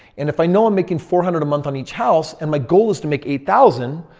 and if i know i'm making four hundred a month on each house and my goal is to make eight thousand,